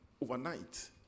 overnight